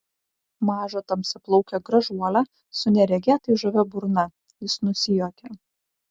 mažą tamsiaplaukę gražuolę su neregėtai žavia burna jis nusijuokė